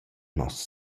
nos